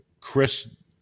chris